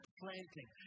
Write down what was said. planting